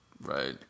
Right